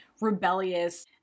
rebellious